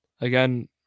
Again